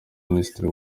minisitiri